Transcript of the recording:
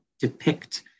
depict